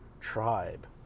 tribe